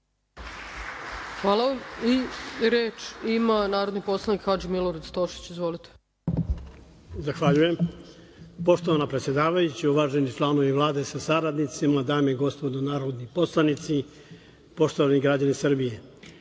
Hvala vam. Reč ima narodni poslanik Hadži Milorad Stošić. Izvolite. **Hadži Milorad Stošić** Zahvaljujem. Poštovana predsedavajuća, uvaženi članovi Vlade sa saradnicima, dame i gospodo narodni poslanici, poštovani građani Srbije,